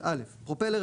53. פרופלר,